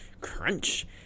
crunch